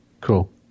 Cool